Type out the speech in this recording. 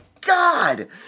God